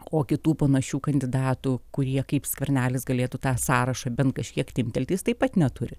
o kitų panašių kandidatų kurie kaip skvernelis galėtų tą sąrašą bent kažkiek timptelti jis taip pat neturi